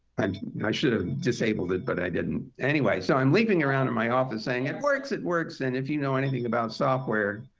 and and i should have ah disabled it, but i didn't. anyway, so i'm leaping around in my office saying, it works! it works! and if you know anything about software,